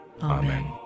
Amen